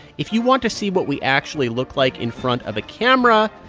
if you want to see what we actually look like in front of a camera,